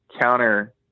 counter